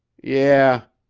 yeah,